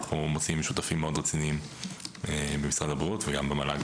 אנחנו מוצאים שותפים מאוד רציניים במשרד הבריאות וגם במל"ג,